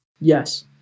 Yes